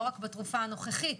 לא רק בתרופה הנוכחית,